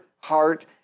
heart